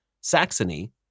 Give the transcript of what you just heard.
Saxony